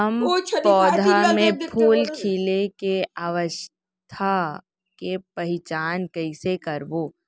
हम पौधा मे फूल खिले के अवस्था के पहिचान कईसे करबो